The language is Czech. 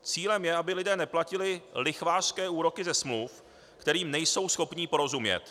Cílem je, aby lidé neplatili lichvářské úroky ze smluv, kterým nejsou schopni porozumět.